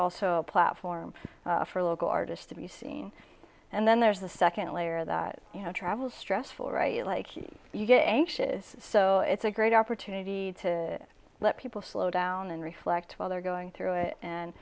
also a platform for local artists to be seen and then there's a second layer that you know travel stressful right like you get anxious so it's a great opportunity to let people slow down and reflect while they're going through it and